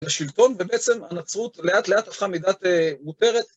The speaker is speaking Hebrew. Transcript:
השלטון, ובעצם הנצרות לאט לאט הפכה מדת מותרת.